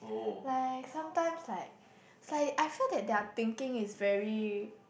like sometimes like it's like I feel that their thinking is very